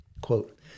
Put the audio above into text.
quote